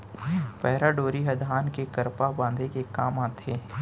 पैरा डोरी ह धान के करपा बांधे के काम आथे